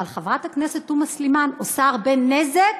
אבל חברת הכנסת תומא סלימאן עושה הרבה נזק.